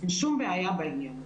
אין שום בעיה בעניין הזה.